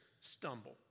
stumble